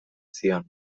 zion